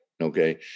okay